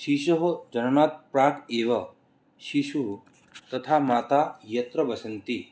शिशोः जन्मनः प्राक् एव शिशुः तथा माता यत्र वसन्ति